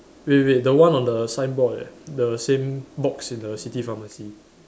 wait wait the one on the signboard leh the same box in the city pharmacy